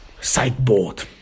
sideboard